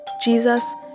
Jesus